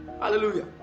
Hallelujah